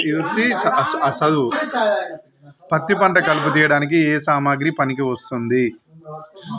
పత్తి పంట కలుపు తీయడానికి ఏ సామాగ్రి పనికి వస్తుంది?